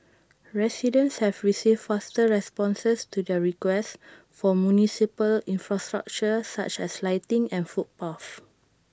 residents have received faster responses to their requests for municipal infrastructure such as lighting and footpaths